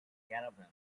caravan